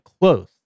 close